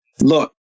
Look